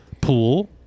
pool